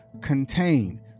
contained